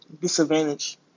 disadvantage